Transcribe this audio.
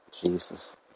Jesus